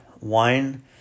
wine